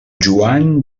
joan